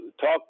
talk